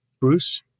Bruce